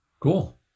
Cool